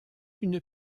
une